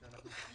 כשמשרד האוצר